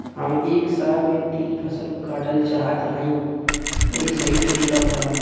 हम एक साल में तीन फसल काटल चाहत हइं तनि सही तरीका बतावा?